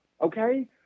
okay